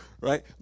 Right